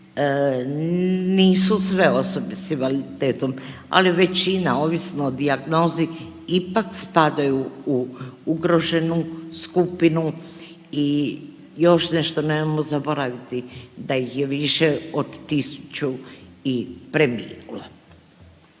nisu sve osobe s invaliditetom, ali većina ovisno o dijagnozi, ipak spadaju u ugroženu skupinu i još nešto nemojmo zaboraviti da ih je više od tisuću i preminulo.